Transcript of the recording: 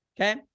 Okay